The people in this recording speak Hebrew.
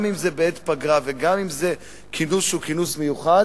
גם אם זה בעת פגרה וגם אם זה כינוס שהוא כינוס מיוחד,